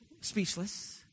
speechless